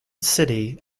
city